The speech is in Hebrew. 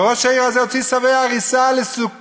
ראש העיר הזה הוציא צווי הריסה לסוכות,